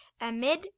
amid